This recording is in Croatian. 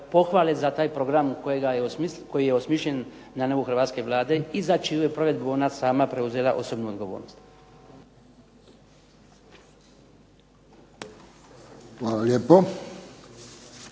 pohvale za taj program koji je osmišljen na nivou Hrvatske vlade i za čiju je provedbu ona sama preuzela osobnu odgovornost. **Friščić,